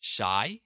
Shy